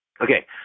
okay